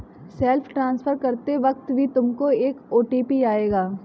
self transfer करते वक्त भी तुमको एक ओ.टी.पी आएगा